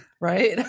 right